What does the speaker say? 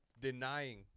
denying